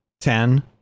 ten